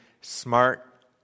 smart